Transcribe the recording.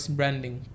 branding